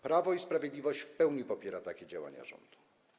Prawo i Sprawiedliwość w pełni popiera te działania rządu.